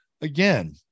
again